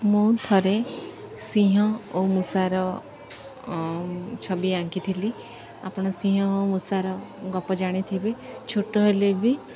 ମୁଁ ଥରେ ସିଂହ ଓ ମୂଷାର ଛବି ଆଙ୍କିଥିଲି ଆପଣ ସିଂହ ଓ ମୂଷାର ଗପ ଜାଣିଥିବେ ଛୋଟ ହେଲେ ବି